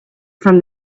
from